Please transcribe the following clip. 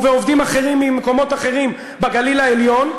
ובעובדים אחרים ממקומות אחרים בגליל העליון,